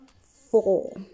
four